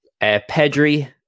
Pedri